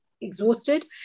exhausted